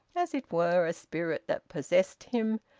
as it were, a spirit that possessed him,